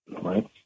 Right